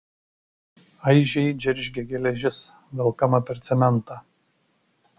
aižiai džeržgė geležis velkama per cementą